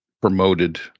promoted